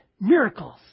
miracles